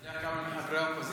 אתה יודע כמה מחברי האופוזיציה?